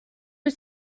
wyt